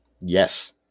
Yes